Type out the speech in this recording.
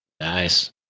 Nice